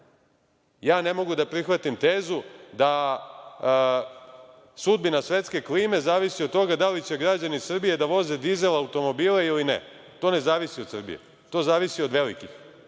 Ja ne mogu da prihvatim tezu da sudbina svetske klime zavisi od toga da li će građani Srbije da voze dizel automobile ili ne. To ne zavisi od Srbije. To zavisi od velikih.